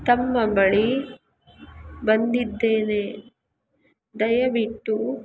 ತಮ್ಮ ಬಳಿ ಬಂದಿದ್ದೇನೆ ದಯವಿಟ್ಟು